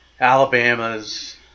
alabama's